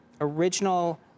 original